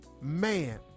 Man